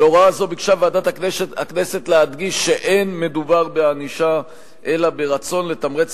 בהוראה זו ביקשה ועדת הכנסת להדגיש שלא מדובר בענישה אלא ברצון לתמרץ